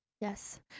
yes